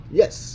yes